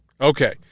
Okay